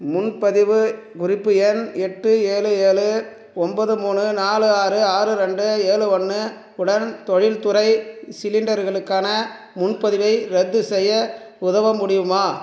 முன்பதிவு குறிப்பு எண் எட்டு ஏழு ஏழு ஒம்போது மூணு நாலு ஆறு ஆறு ரெண்டு ஏழு ஒன்று உடன் தொழில்துறை சிலிண்டர்களுக்கான முன்பதிவை ரத்து செய்ய உதவ முடியுமா